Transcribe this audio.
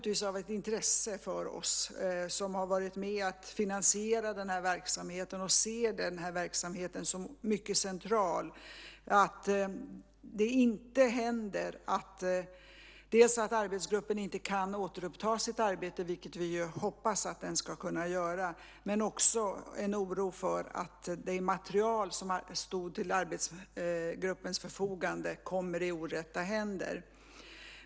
Det är av intresse för oss som har varit med och finansierat den här verksamheten och ser den här verksamheten som mycket central att arbetsgruppen kan återuppta sitt arbete, vilket vi hoppas att den ska kunna göra. Det finns också en oro för att det material som stod till arbetsgruppens förfogande kommer i orätta händer.